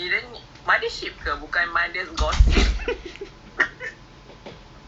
ah ya ya I I I redeem it I put it on nineteen as well which is this coming saturday lah